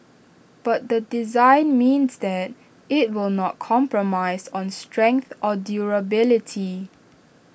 but the design means that IT will not compromise on strength or durability